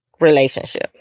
relationship